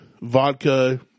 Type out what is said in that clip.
vodka